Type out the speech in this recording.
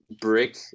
brick